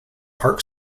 park